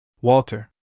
Walter